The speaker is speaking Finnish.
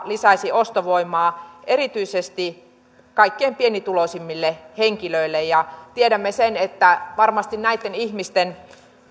lisäisi ostovoimaa erityisesti kaikkein pienituloisimmille henkilöille tiedämme sen että varmasti näitten ihmisten